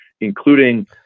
including